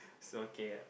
so okay